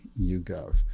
YouGov